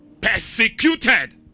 Persecuted